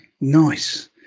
Nice